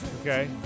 Okay